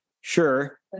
sure